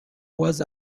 was